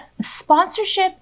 sponsorship